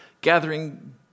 gathering